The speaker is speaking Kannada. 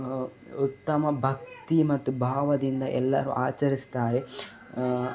ಉತ್ತಮ ಭಕ್ತಿ ಮತ್ತು ಭಾವದಿಂದ ಎಲ್ಲರೂ ಆಚರಿಸ್ತಾರೆ